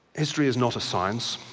history is not a science.